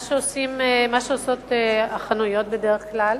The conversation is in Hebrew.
מה שעושות החנויות בדרך כלל,